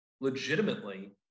legitimately